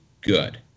good